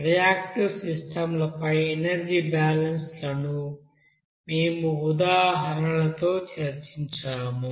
reactive సిస్టమ్లపై energy balance లను మేము ఉదాహరణలతో చర్చించాము